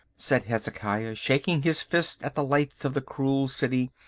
said hezekiah, shaking his fist at the lights of the cruel city,